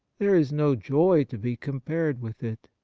there is no joy to be compared with it.